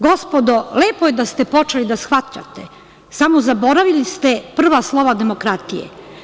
Gospodo, lepo je da ste počeli da shvatate, samo zaboravili ste prva slova demokratije.